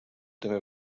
també